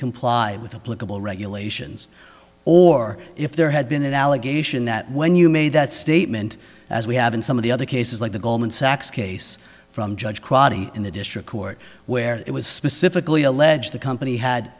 complied with a political regulations or if there had been an allegation that when you made that statement as we have in some of the other cases like the goldman sachs case from judge crotty in the district court where it was specifically alleged the company had